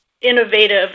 innovative